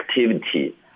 activity